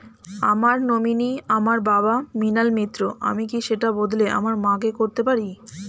আমার নমিনি আমার বাবা, মৃণাল মিত্র, আমি কি সেটা বদলে আমার মা কে করতে পারি?